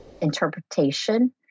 interpretation